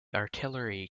artillery